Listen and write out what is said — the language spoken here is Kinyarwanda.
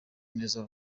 neza